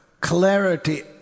clarity